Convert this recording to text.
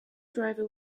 driver